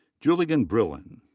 julien brillon.